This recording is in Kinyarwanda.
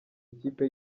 ikipe